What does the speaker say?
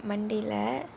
monday leh